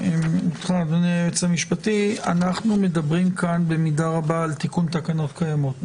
אדוני היועץ המשפטי: אנחנו מדברים כאן במידה רבה על תיקון תקנות קיימות,